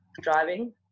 driving